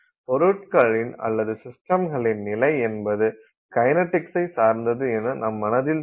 பொருட்களின் அல்லது சிஸ்டம்களின் நிலை என்பது கைனடிக்ஸ் சார்ந்தது என நம் மனதில் தோன்றும்